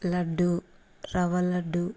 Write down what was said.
laddu rava laddu